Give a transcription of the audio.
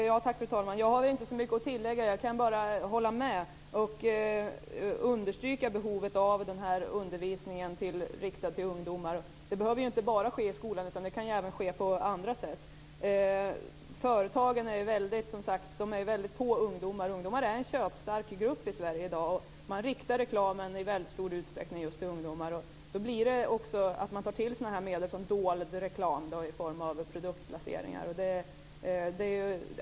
Fru talman! Jag har inte så mycket att tillägga. Jag kan bara hålla med och understryka behovet av sådan här undervisning riktad till ungdomar. Den behöver ju inte bara ske i skolan, utan den kan även ske på andra sätt. Företagen ligger som sagt väldigt mycket på ungdomar. Ungdomar är en köpstark grupp i Sverige i dag. Man riktar i väldigt stor utsträckning reklamen just till ungdomar och tar då också till sådana medel som dold reklam i form av produktplaceringar.